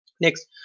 next